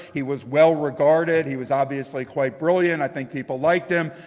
he was well-regarded. he was obviously quite brilliant. i think people liked him.